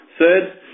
Third